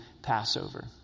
Passover